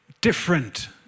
different